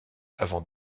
avant